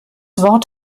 wort